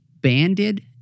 banded